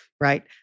right